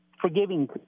forgiving